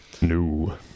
No